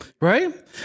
right